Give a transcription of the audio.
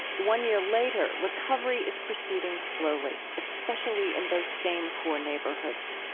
one year later, recovery is proceeding slowly, especially in those same poor neighborhoods.